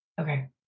okay